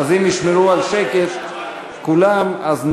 אז אם ישמרו כולם על שקט,